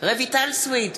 רויטל סויד,